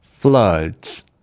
Floods